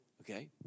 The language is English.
Okay